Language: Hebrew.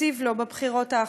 הצבנו לו בבחירות האחרונות.